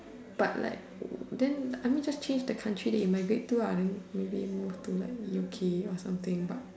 but like then I mean just change the country that you migrate to maybe move to like U_K or something but